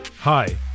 Hi